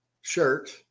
shirt